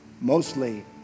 Mostly